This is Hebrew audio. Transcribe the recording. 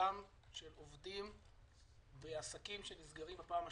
מעמדם של עובדים ועסקים שנסגרים בפעם השנייה,